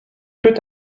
peut